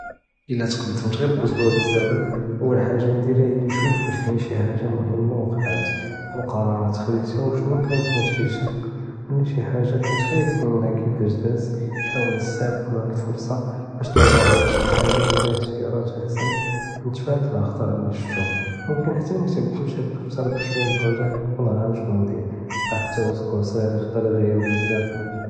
אלא תקדמת גר אסבוע בילזמן וחדה נדירה היא נשוף ווש קיין שי חאגה מומנה ווקעת בחר קראראת חדיתה ו שנו كانت נתי'גתה ו לא שי חאגה كنت חאיף מינה כיפאש דאזת נהאול נסתאפד מהאד אלפרסה באש נרג'ע לווקטי אלחאלי ו נדיר אחקתיאראת אחשן ונתפאדה אלאח'טאא לי שפתום מומכן חתי נכתב כלשי בדפתר באש מין נרג'ע נكون ערף שנו גאנדיר לו חתי ו tkun ס'ג'ירה ח'טאר יג'יר בזאף אה אה.